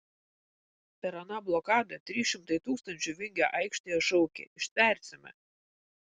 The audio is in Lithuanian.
per aną blokadą trys šimtai tūkstančių vingio aikštėje šaukė ištversime